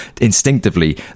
instinctively